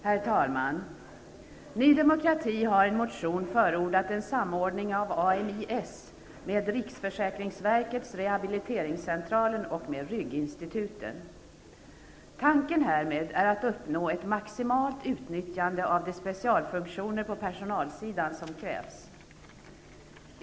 Herr talman! Ny demokrati har i en motion förordat en samordning av AMI-S med riksförsäkringsverkets rehabiliteringscentraler och rygginstituten. Tanken härmed är att uppnå ett maximalt utnyttjande av de specialfunktioner på personalsidan som krävs.